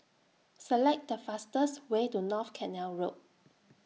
Select The fastest Way to North Canal Road